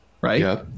right